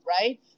right